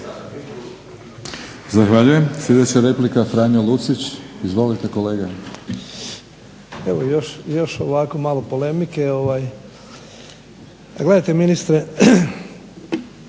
Zahvaljujem. Sljedeća replika Franjo Lucić. Izvolite kolega.